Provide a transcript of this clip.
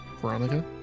Veronica